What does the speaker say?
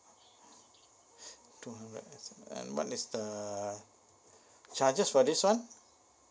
two hundred S_M_S and what is the charges for this one